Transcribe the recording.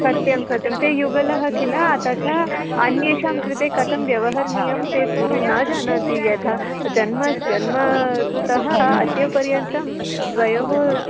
सत्यं सत्यं तौ युगलौ किल तथा अन्येषां कृते कथं व्यवहरणीयं ते तु न जानन्ति यथा जन्मनः जन्मनः अद्यपर्यन्तं द्वयोः